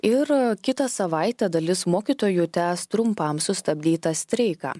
ir kitą savaitę dalis mokytojų tęs trumpam sustabdytą streiką